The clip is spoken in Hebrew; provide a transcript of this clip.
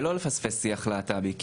ולא לפספס שיח להט"בי.